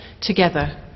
together